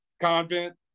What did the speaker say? Convent